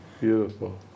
beautiful